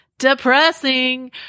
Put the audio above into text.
depressing